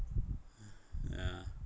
ah